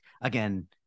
again